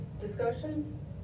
discussion